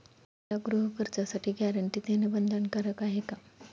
मला गृहकर्जासाठी गॅरंटी देणं बंधनकारक आहे का?